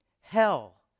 Hell